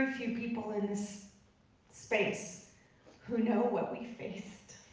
ah few people in this space who know what we faced,